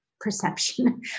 perception